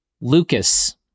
Lucas